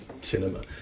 cinema